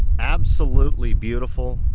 absolutely beautiful.